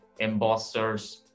embossers